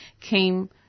came